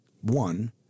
one